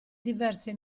diverse